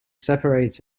separates